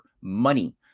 money